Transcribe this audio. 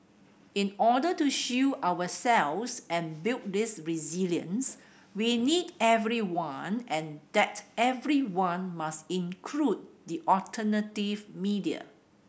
in order to shield ourselves and build this resilience we need everyone and that everyone must include the alternative media